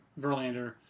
Verlander